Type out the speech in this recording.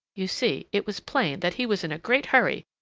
you see, it was plain that he was in a great hurry,